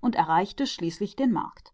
und erreichte endlich den markt